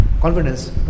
confidence